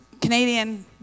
Canadian